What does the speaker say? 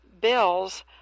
bills